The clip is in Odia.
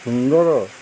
ସୁନ୍ଦର